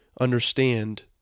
understand